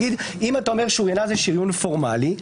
אם אתה אומר שוריינה בשריון פורמלי,